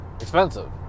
expensive